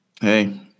Hey